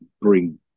bring